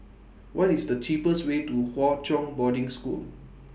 What IS The cheapest Way to Hwa Chong Boarding School